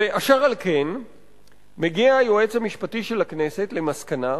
אשר על כן מגיע היועץ המשפטי של הכנסת למסקנה,